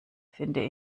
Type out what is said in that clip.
finde